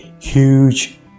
huge